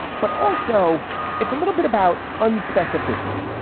but also it's a little bit about unspecified osity.